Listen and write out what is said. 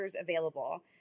available